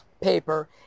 paper